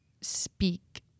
speak